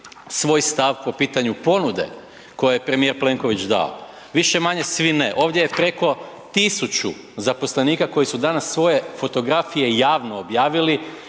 svoj stav po pitanju ponude koju je premijer Plenković dao. Više, manje svi ne. Ovdje je preko 1000 zaposlenika koji su danas svoje fotografije javno objavili